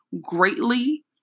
greatly